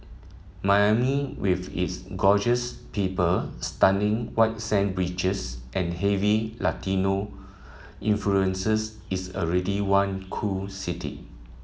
Miami with its gorgeous people stunning white sand beaches and heavy Latino influences is already one cool city